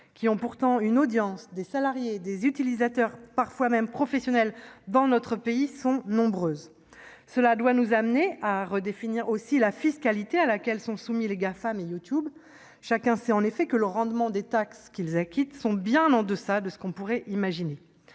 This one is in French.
qui ont pourtant une audience, des salariés et des utilisateurs, parfois même professionnels, dans notre pays, sont nombreuses. Cela doit nous amener à redéfinir aussi la fiscalité à laquelle sont soumis les Gafam et YouTube. Chacun sait en effet que le montant des taxes qu'ils acquittent est bien en deçà de ce que l'on pourrait imaginer.